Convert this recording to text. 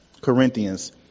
Corinthians